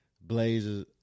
Blazers